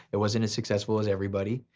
it wasn't as successful as everybody.